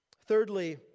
Thirdly